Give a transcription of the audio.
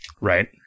Right